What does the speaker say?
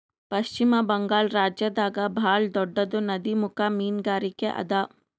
ಪಶ್ಚಿಮ ಬಂಗಾಳ್ ರಾಜ್ಯದಾಗ್ ಭಾಳ್ ದೊಡ್ಡದ್ ನದಿಮುಖ ಮೀನ್ಗಾರಿಕೆ ಅದಾ